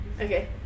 Okay